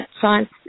science